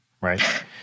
right